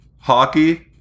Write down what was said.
hockey